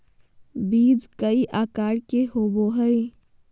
बीज कई आकार के होबो हइ